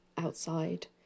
outside